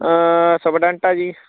superintendent ਆ ਜੀ